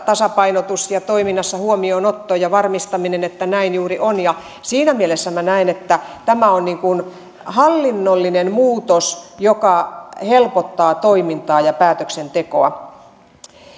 tasapainotus ja toiminnassa huomioonotto ja varmistaminen että näin juuri on siinä mielessä minä näen että tämä on hallinnollinen muutos joka helpottaa toimintaa ja päätöksentekoa